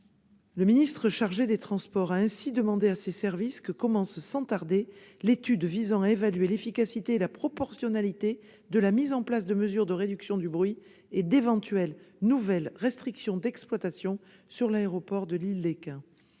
La ministre chargée des transports a ainsi demandé à ses services que commence sans tarder l'étude visant à évaluer l'efficacité et la proportionnalité de la mise en place de mesures de réduction du bruit et d'éventuelles nouvelles restrictions d'exploitation sur l'aéroport de Lille-Lesquin.